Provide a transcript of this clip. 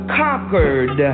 conquered